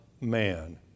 man